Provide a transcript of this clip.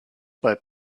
but